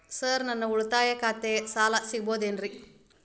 Sir ನನ್ನ ಉಳಿತಾಯ ಖಾತೆಯ ಸಾಲ ಸಿಗಬಹುದೇನ್ರಿ?